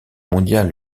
mondiale